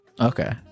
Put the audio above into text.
Okay